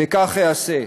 וכך אעשה.